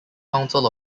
council